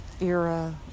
era